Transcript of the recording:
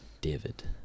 david